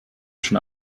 schon